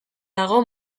dago